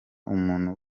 umuntu